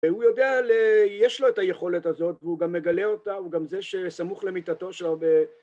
והוא יודע, יש לו את היכולת הזאת, והוא גם מגלה אותה, הוא גם זה שסמוך למיטתו ש...